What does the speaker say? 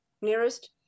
nearest